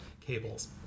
cables